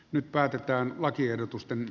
nyt päätetään lakiehdotusten